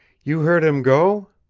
you heard him go?